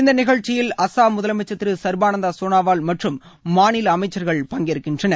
இந்த நிகழ்ச்சியில் அஸ்ஸாம் முதலமைச்சர் திரு சர்பானந்த சோனாவால் மற்றும் மாநில அமைச்சர்கள் பங்கேற்கிறார்கள்